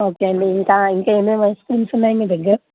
okay అండి ఇంకా ఇంకా ఏమేమి ఐస్ క్రీమ్స్ ఉన్నాయి మీ దగ్గర